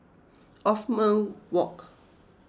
Othman Wok